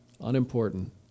unimportant